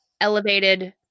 elevated